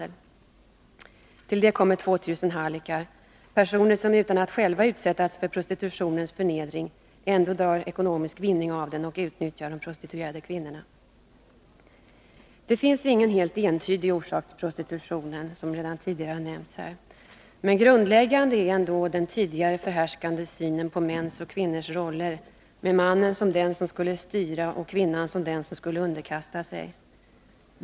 Till det kommer 2 000 hallickar, personer som utan att själva utsätta sig för prostitutionens förnedring ändå drar ekonomisk vinning av den och utnyttjar de prostituerade kvinnorna. Som redan har nämnts här finns det ingen helt entydig orsak till prostitutionen. Men grundläggande är den tidigare förhärskande synen på mäns och kvinnors roller, med mannen som den som skulle styra och kvinnan som den som skulle underkasta sig.